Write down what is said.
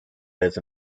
lives